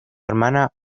hermana